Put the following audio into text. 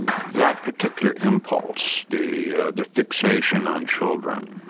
that particular impulse, the ah the fixation on children,